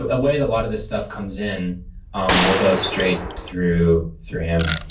ah a way a lot of this stuff comes in um will go straight through through him.